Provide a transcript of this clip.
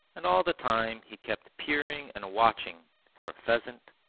and all the time he kept peering and watching for a pheasant,